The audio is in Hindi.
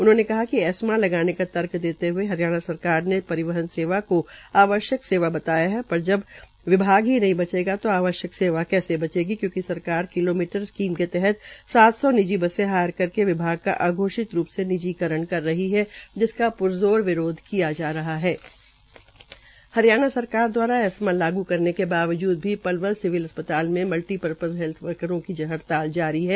उन्होंने कहा कि एस्मा लगाने का तर्क देते हुए हरियाणा सरकार ने परिवहन सेवा को आवश्यक सेवा बताया है पर जब विभाग ही नहीं बचेगा तो आवश्यक सेवा कैसी बचेगी क्योकि सरकार किलोमीटर स्कीम के तहत सात सौ निजी बसे हायर करके विभाग का अघोषित रूप मे निजीकरण कर रही है जिसका हरियाणा सरकार दवारा ऐस्मा लागू करने के बावज़्द भी पलवल सिविल अस्पताल में मल्टीर्पपज हैल्थ वर्करो की हड़ताल जारी है